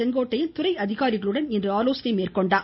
செங்கோட்டையன் துறை அதிகாரிகளுடன் இன்று ஆலோசனை மேற்கொண்டார்